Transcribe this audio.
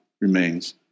remains